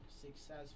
successful